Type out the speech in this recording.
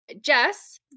Jess